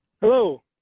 Hello